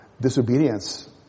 disobedience